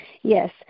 Yes